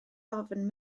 ofn